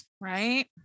Right